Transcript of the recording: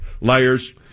Liars